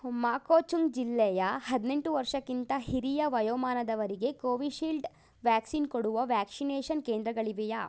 ಮಾಕೋಚುಂಗ್ ಜಿಲ್ಲೆಯ ಹದಿನೆಂಟು ವರ್ಷಕ್ಕಿಂತ ಹಿರಿಯ ವಯೋಮಾನದವರಿಗೆ ಕೋವಿಶೀಲ್ಡ್ ವ್ಯಾಕ್ಸಿನ್ ಕೊಡುವ ವ್ಯಾಕ್ಶಿನೇಷನ್ ಕೇಂದ್ರಗಳಿವೆಯಾ